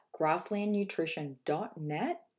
grasslandnutrition.net